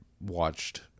watched